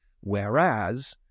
whereas